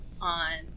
on